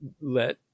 Let